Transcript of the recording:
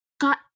got